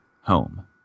home